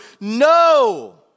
No